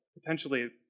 potentially